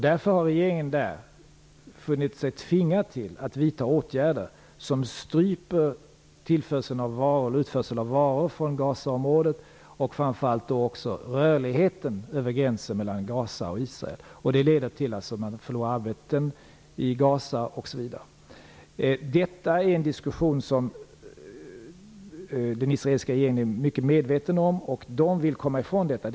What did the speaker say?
Därför har regeringen i Israel funnit sig tvingad till att vidta åtgärder som stryper utförseln av varor från Gazaområdet och framför allt rörligheten över gränsen mellan Gaza och Israel. Detta leder bl.a. till att palestinier i Gaza förlorar sina arbeten. Detta är en diskussion som den israeliska regeringen är mycket medveten om, och man vill komma ifrån problemet.